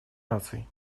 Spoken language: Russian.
наций